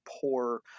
poor